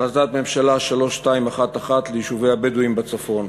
החלטת הממשלה מס' 3211 ליישובי הבדואים בצפון.